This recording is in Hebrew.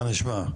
מה נשמע?